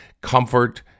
comfort